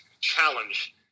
challenge